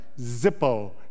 Zippo